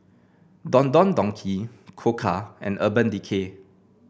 Don Don Donki Koka and Urban Decay